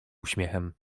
uśmiechem